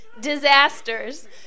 Disasters